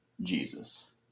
Jesus